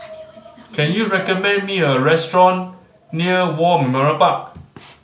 can you recommend me a restaurant near War Memorial Park